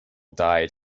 died